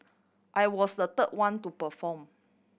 I was the third one to perform